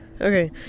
okay